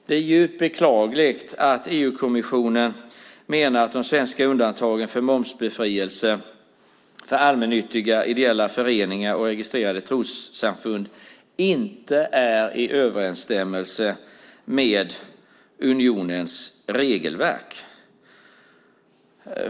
Det är djupt beklagligt att EU-kommissionen menar att de svenska undantagen för momsbefrielse för allmännyttiga ideella föreningar och registrerade trossamfund inte är i överensstämmelse med unionens regelverk.